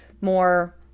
more